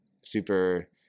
super